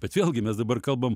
bet vėlgi mes dabar kalbam